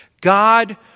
God